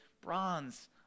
bronze